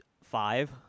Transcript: Five